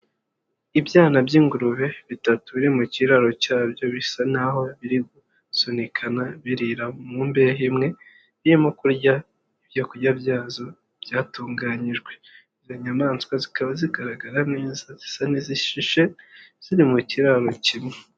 Ibyana by'ingurube bitatu biri mu kiraro cyabyo, bisa naho biri gusunikana, biririra mu mbehe imwe, birimo kurya ibyo kurya byazo byatunganyijwe. Izo nyamaswa zikaba zigaragara neza, zisa n'izishishe, ziri mu kiraro kimwe.